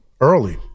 early